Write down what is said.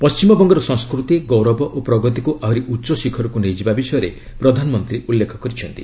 ପଶ୍ଚିମବଙ୍ଗର ସଂସ୍କୃତି ଗୌରବ ଓ ପ୍ରଗତିକୁ ଆହୁରି ଉଚ୍ଚଶିଖରକୁ ନେଇଯିବା ବିଷୟରେ ପ୍ରଧାନମନ୍ତ୍ରୀ ଉଲ୍ଲେଖ କରିଛନ୍ତି